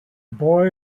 boy